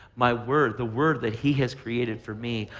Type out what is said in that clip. my word the word that he has created for me,